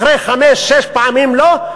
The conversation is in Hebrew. אחרי חמש-שש פעמים לא,